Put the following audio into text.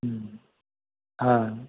हँ